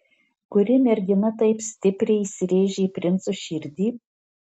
kuri mergina taip stipriai įsirėžė į princo širdį